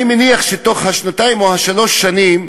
אני מניח שבתוך השנתיים או שלוש השנים,